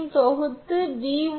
நடுநிலைக்கு ஒரு வரி 1510